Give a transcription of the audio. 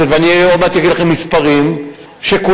רעיונות שגם